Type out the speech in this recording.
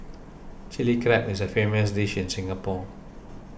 Chilli Crab is a famous dish in Singapore